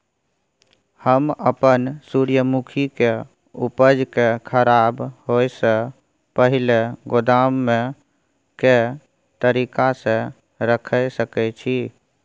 हम अपन सूर्यमुखी के उपज के खराब होयसे पहिले गोदाम में के तरीका से रयख सके छी?